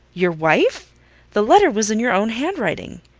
your wife the letter was in your own hand-writing.